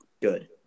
good